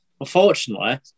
Unfortunately